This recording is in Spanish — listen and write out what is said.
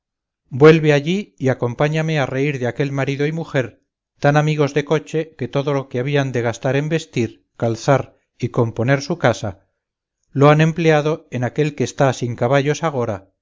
vuelve allí y acompáñame a reír de aquel marido y mujer tan amigos de coche que todo lo que habían de gastar en vestir calzar y componer su casa lo han empleado en aquel que está sin caballos agora